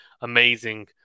amazing